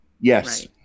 yes